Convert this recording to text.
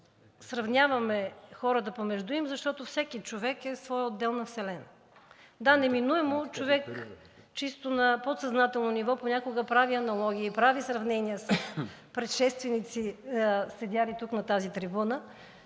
сравняваме хората помежду им, защото всеки човек е своя отделна вселена. Да, неминуемо човек чисто на подсъзнателно ниво понякога прави аналогии, прави сравнения с предшественици, седели тук, на тази трибуна,